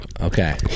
Okay